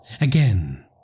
again